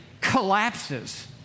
collapses